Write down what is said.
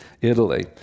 Italy